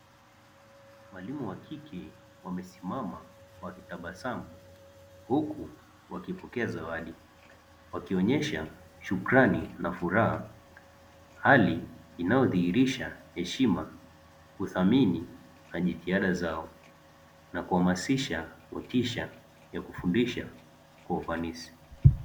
Walimu wa kike, wamesimama wakitabasamu, huku wakipokea zawadi, wakionyesha shukrani na furaha. Hali inayodhihirisha heshima, kuthamini na jitihada zao na kuhamasisha motisha ya kufundisha kwa ufanisi.